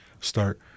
start